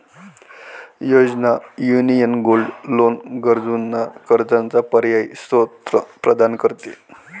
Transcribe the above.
योजना, union gold loan गरजूंना कर्जाचा पर्यायी स्त्रोत प्रदान करते